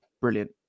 Brilliant